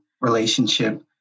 relationship